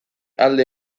alde